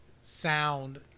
sound